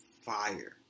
fire